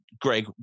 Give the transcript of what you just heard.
Greg